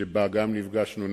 שבה נפגשנו,